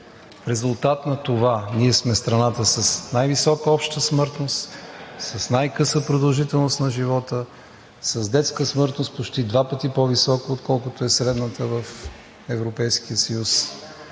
резултат на това ние сме страната с най-висока обща смъртност, с най-къса продължителност на живота, с детска смъртност почти два пъти по-висока, отколкото е средната в Европейския съюз,